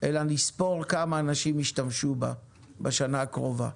אלא נספור כמה אנשים ישתמשו בה בשנה הקרובה.